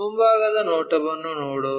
ಮುಂಭಾಗದ ನೋಟವನ್ನು ನೋಡೋಣ